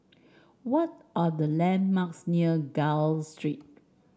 what are the landmarks near Gul Street